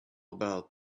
about